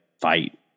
fight